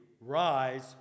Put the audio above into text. rise